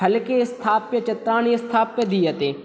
फलके स्थाप्य चित्राणि स्थाप्य दीयते